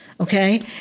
okay